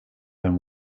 them